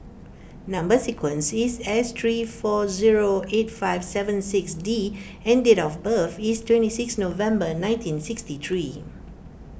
Number Sequence is S three four zero eight five seven six D and date of birth is twenty seven November nineteen sixty three